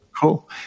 Cool